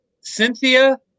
Cynthia